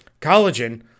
Collagen